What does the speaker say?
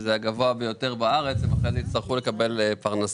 וזה הגבוה ביותר בארץ, הן אכן יצטרכו לקבל פרנסה,